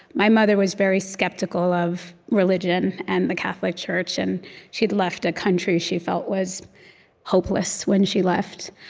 my mother was very skeptical of religion and the catholic church, and she'd left a country she felt was hopeless, when she left.